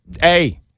hey